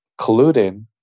colluding